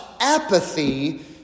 apathy